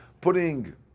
putting